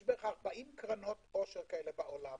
יש כ-40 קרנות עושר כאלה בעולם,